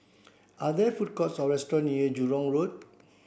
are there food courts or restaurant near Jurong Road